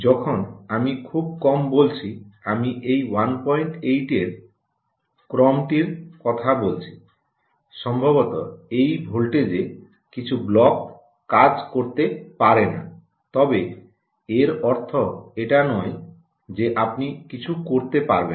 যখন আমি খুব কম বলেছি আমি এই 18 এর ক্রমটির কথা বলছি সম্ভবত এই ভোল্টেজে কিছু ব্লক কাজ করতে পারে না তবে এর অর্থ এটা নয় যে আপনি কিছু করতে পারবেন না